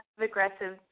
aggressive